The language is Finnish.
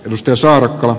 edustaja salakkaa